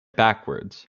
backwards